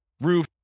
roof